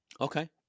Okay